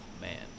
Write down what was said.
Man